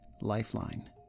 lifeline